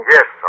Yes